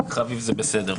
רק חביב זה בסדר.